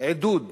עידוד